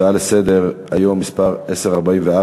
הצעה לסדר-היום מס' 1044,